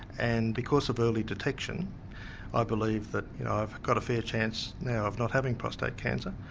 and because of early detection i believe that i've got a fair chance now of not having prostate cancer.